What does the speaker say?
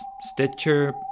Stitcher